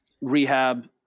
rehab